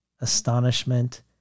astonishment